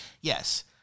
yes